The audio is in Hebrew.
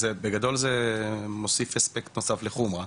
בגדול זה מוסיף אספקט נוסף לחומרה,